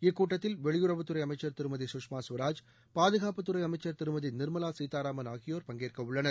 இக்கூட்டத்தில் வெளியுறவத்துறை அமைச்சர் திருமதி சுஷ்மா சுவராஜ் பாதுகாப்புத்துறை அமைச்சர் திருமதி நிர்மலா சீதாராமன் ஆகியோர் பங்கேற்கவுள்ளனர்